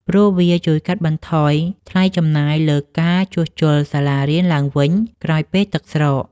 ព្រោះវាជួយកាត់បន្ថយថ្លៃចំណាយលើការជួសជុលសាលារៀនឡើងវិញក្រោយពេលទឹកស្រក។